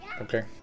Okay